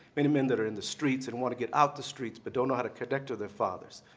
many men that are in the streets and want to get out the streets but don't know how to connect to their fathers.